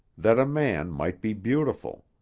that a man might be beautiful.